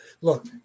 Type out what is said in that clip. Look